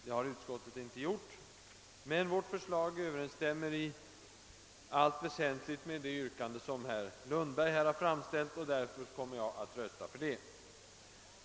Det har utskottet inte gjort, men vårt förslag överensstämmer i allt väsentligt med det yrkande som herr Lundberg här har framställt, och därför kommer jag att rösta för det.